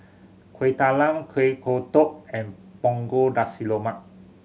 Kueh Talam Kuih Kodok and Punggol Nasi Lemak